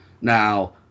Now